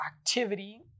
activity